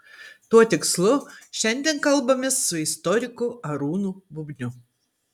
tuo tikslu šiandien kalbamės su istoriku arūnu bubniu